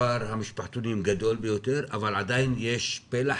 מספר המשפחתונים גדול ביותר אבל עדיין יש פלח